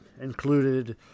included